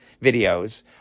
videos